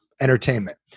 entertainment